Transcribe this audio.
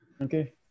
Okay